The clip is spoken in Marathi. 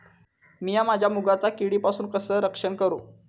मीया माझ्या मुगाचा किडीपासून कसा रक्षण करू?